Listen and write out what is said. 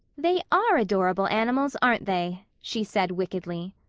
they are adorable animals, aren't they? she said wickedly.